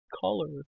color